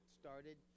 started